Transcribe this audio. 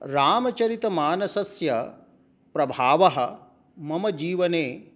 रामचरितमानसस्य प्रभावः मम जीवने